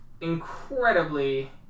incredibly